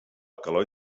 calor